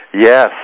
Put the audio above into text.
Yes